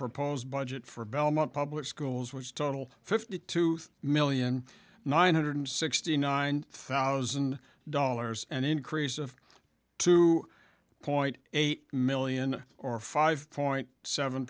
proposed budget for belmont public schools which total fifty two million nine hundred sixty nine thousand dollars an increase of two point eight million or five point seven